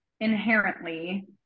inherently